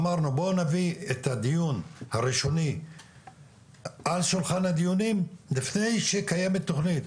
אמרנו בוא נביא את הדיון הראשוני על שולחן הדיונים לפני שקיימת תכנית.